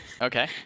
Okay